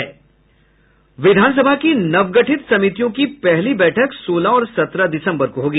विधानसभा की नवगठित समितियों की पहली बैठक सोलह और सत्रह दिसम्बर को होगी